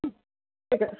হুম ঠিক আছে